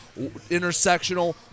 Intersectional